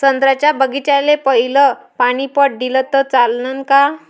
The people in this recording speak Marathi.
संत्र्याच्या बागीचाले पयलं पानी पट दिलं त चालन का?